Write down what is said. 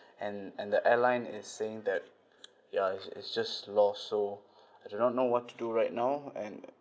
and and the airline is saying that ya it's it's just lost so I do not know what to do right now and